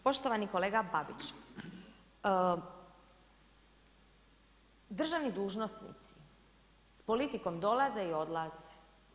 Poštovani kolega Babić, državni dužnosnici, s politikom dolaze i odlaze.